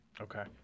Okay